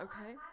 okay